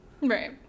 Right